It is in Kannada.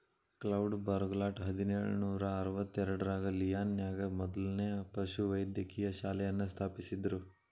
ಕ್ಲೌಡ್ ಬೌರ್ಗೆಲಾಟ್ ಹದಿನೇಳು ನೂರಾ ಅರವತ್ತೆರಡರಾಗ ಲಿಯಾನ್ ನ್ಯಾಗ ಮೊದ್ಲನೇ ಪಶುವೈದ್ಯಕೇಯ ಶಾಲೆಯನ್ನ ಸ್ಥಾಪಿಸಿದ್ರು